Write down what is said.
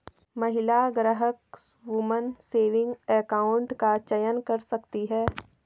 महिला ग्राहक woman saving account का चयन कर सकती है